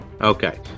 Okay